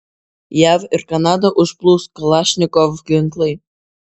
jav ir kanadą užplūs kalašnikov ginklai